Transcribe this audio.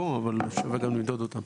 שווה גם למדוד אותם.